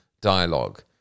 dialogue